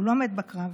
הוא לא מת בקרב,